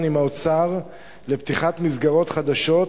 עם האוצר על פתיחת מסגרות חדשות,